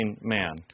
man